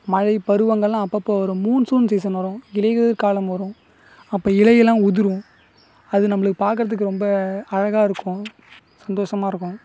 மழைப் பருவங்கள்லாம் அப்போப்ப வரும் மூன்சூன் சீசன் வரும் இலையுதிர் காலம் வரும் அப்போ இலையெல்லாம் உதிரும் அது நம்மளுக்கு பார்க்கறதுக்கு ரொம்ப அழகாக இருக்கும் சந்தோஷமாக இருக்கும்